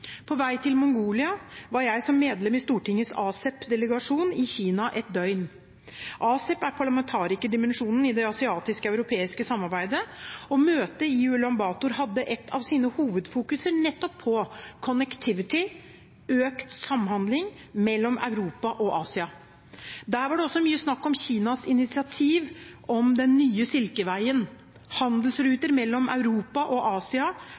på vei til Mongolia, var jeg som medlem av Stortingets ASEP-delegasjon i Kina i et døgn. ASEP er parlamentarikerdimensjonen i det asiatisk-europeiske samarbeidet. Møtet i Ulan Bator hadde som et av sine hovedtema nettopp «connectivity» – økt samhandling – mellom Europa og Asia. Der var det også mye snakk om Kinas initiativ til «den nye silkeveien» – handelsruter mellom Europa og Asia,